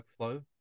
workflow